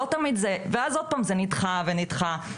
ואז עוד פעם זה נדחה ונדחה.